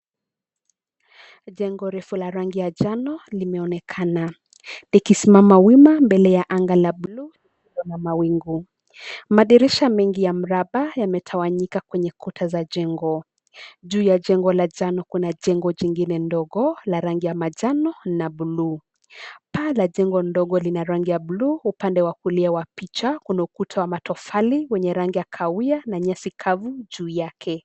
Jengo refu la rangi ya njano limeonekana, likisimama wima mbele ya anga ya bluu iliyo na mawingu. Madirisha mengi ya mraba yametawanyika kwenye kuta za jengo. Juu ya jengo la njano kuna jengo lingine ndogo la rangi ya manjano na bluu. Paa la jengo ndogo lina rangi ya bluu, upande wa kulia wa picha kuna ukuta wa matofali wenye rangi ya kahawia na nyasi kavu juu yake.